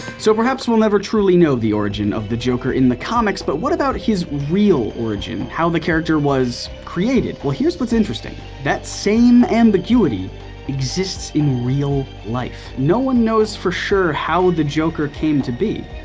so, perhaps we'll never truly know the origin of the joker in the comics, but what about his real origin, how the character was created. well, here's what's interesting, that same ambiguity exists in real life. no one knows, for sure, how the joker came to be.